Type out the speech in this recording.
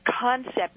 concept